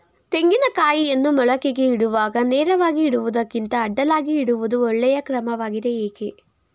ತೆಂಗಿನ ಕಾಯಿಯನ್ನು ಮೊಳಕೆಗೆ ಇಡುವಾಗ ನೇರವಾಗಿ ಇಡುವುದಕ್ಕಿಂತ ಅಡ್ಡಲಾಗಿ ಇಡುವುದು ಒಳ್ಳೆಯ ಕ್ರಮವಾಗಿದೆ ಏಕೆ?